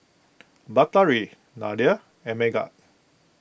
Batari Nadia and Megat